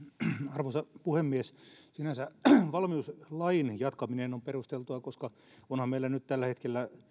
arvoisa puhemies sinänsä valmiuslain jatkaminen on perusteltua koska onhan meillä nyt tällä hetkellä